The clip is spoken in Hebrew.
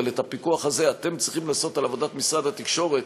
אבל את הפיקוח הזה אתם צריכים לעשות על עבודת משרד התקשורת,